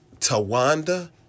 Tawanda